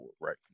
Right